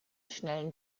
schnellen